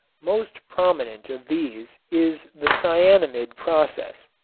most prominent of these is the cyanamid process.